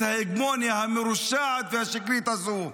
את ההגמוניה המרושעת והשקרית הזאת.